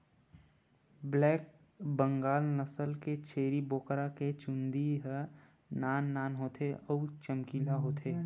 black Bengal नसल के छेरी बोकरा के चूंदी ह नान नान होथे अउ चमकीला होथे